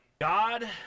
God